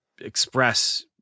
express